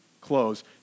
close